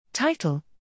Title